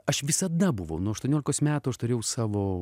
aš visada buvau nuo aštuoniolikos metų aš turėjau savo